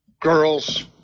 girls